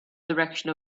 direction